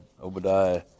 Obadiah